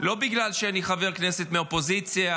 לא בגלל שאני חבר כנסת מהאופוזיציה,